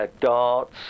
darts